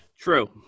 True